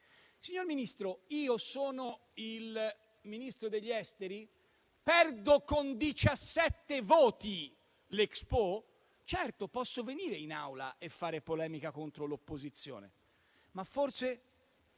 Signor Ministro, io sono il Ministro degli affari esteri? Perdo con diciassette voti l'Expo? Certo, posso venire in Aula e fare polemica contro l'opposizione. Ma forse